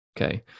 Okay